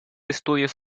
estudios